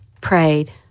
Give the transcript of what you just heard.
prayed